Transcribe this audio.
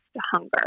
hunger